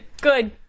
good